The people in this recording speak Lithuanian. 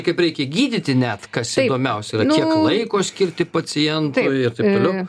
kaip reikia gydyti net kas įdomiausia kiek laiko skirti pacientui ir taip toliau